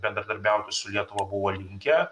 bendradarbiauti su lietuva buvo linkę